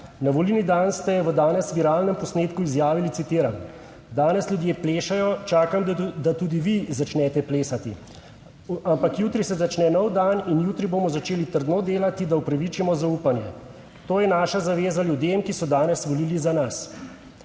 Na volilni dan ste v danes viralnem posnetku izjavili, citiram: »Danes ljudje plešejo, čakam, da tudi vi začnete plesati. Ampak jutri se začne nov dan in jutri bomo začeli trdno delati, da upravičimo zaupanje. To je naša zaveza ljudem, ki so danes volili za nas.«